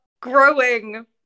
growing